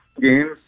games